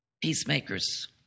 Peacemakers